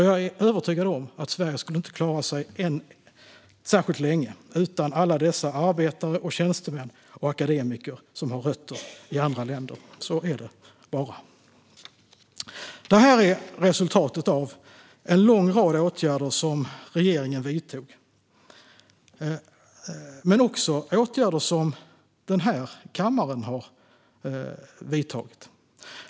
Jag är övertygad om att Sverige inte skulle klara sig särskilt länge utan alla de arbetare, tjänstemän och akademiker som har rötter i andra länder. Så är det bara. Detta är resultatet av en lång rad åtgärder som regeringen vidtagit, men det är också resultatet av åtgärder som denna kammare har vidtagit.